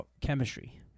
chemistry